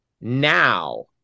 Now